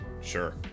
Sure